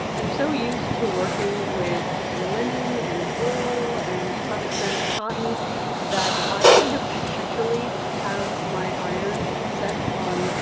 i'm so used to working with linen and wool and to some extent cotton that i kind of perpetually have my iron set on